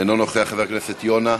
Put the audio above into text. אינו נוכח, חבר הכנסת יונה,